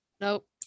nope